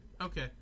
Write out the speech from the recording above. Okay